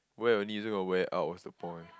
wear only you're still gonna wear out what's the point